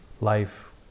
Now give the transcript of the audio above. life